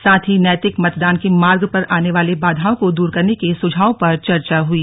साथ ही नैतिक मतदान के मार्ग पर आने वाले बाधाओं को दूर करने के सुझावों पर चर्चा हुई